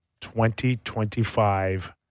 2025